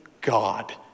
god